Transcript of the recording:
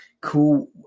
Cool